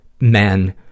men